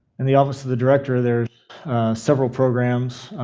and the office of the director there are several programs.